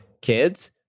kids